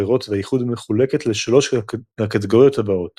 החברות והאיחוד מחולקת לשלוש הקטגוריות הבאות